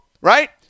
right